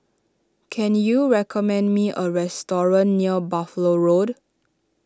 can you recommend me a restaurant near Buffalo Road